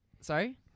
Sorry